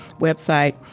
website